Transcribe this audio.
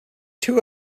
two